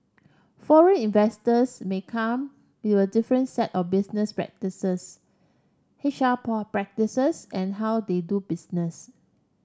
foreign investors may come with a different set of business practices H R practices and how they do business